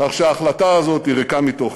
כך שההחלטה הזאת ריקה מתוכן.